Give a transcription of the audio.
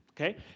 okay